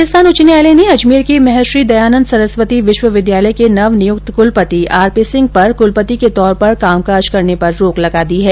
राजस्थान उच्च न्यायालय ने अजमेर के महर्षि दयानंद सरस्वती विश्वविद्यालय के नव नियुक्त कुलपति आरपी सिंह पर कुलपति के तौर पर कामकाज करने पर रोक लगा दी है